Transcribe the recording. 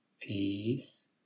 peace